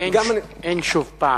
אין "שוב פעם".